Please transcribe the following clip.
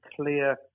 clear